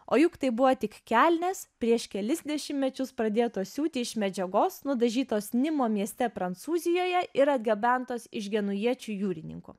o juk tai buvo tik kelnės prieš kelis dešimtmečius pradėtos siūti iš medžiagos nudažytos nimo mieste prancūzijoje ir atgabentos iš genujiečių jūrininkų